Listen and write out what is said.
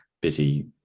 busy